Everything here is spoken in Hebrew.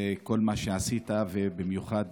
כל מה שעשית, ובמיוחד